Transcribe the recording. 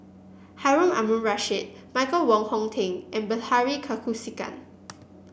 Harun Aminurrashid Michael Wong Hong Teng and Bilahari Kausikan